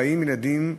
40 ילדים נפטרים,